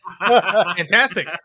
Fantastic